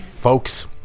Folks